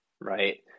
right